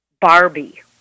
Barbie